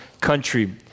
country